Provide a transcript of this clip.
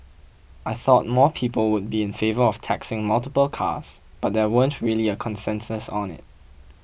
I thought more people would be in favour of taxing multiple cars but there weren't really a consensus on it